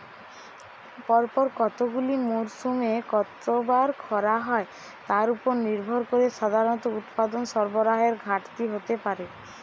পরপর কতগুলি মরসুমে কতবার খরা হয় তার উপর নির্ভর করে সাধারণত উৎপাদন সরবরাহের ঘাটতি হতে পারে